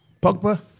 Pogba